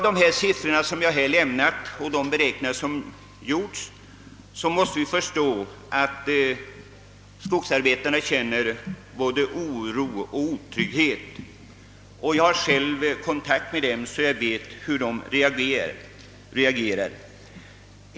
De siffror som jag har lämnat och de beräkningar som har gjorts är sådana, att vi måste förstå att skogsarbetarna känner både oro och otrygghet. Jag har för övrigt själv kontakter med dem och vet hur de reagerar.